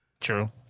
True